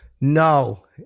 no